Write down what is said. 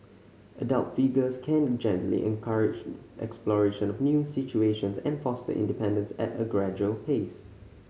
adult figures can gently encourage exploration of new situations and foster independence at a gradual pace